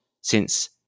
since-